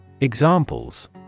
Examples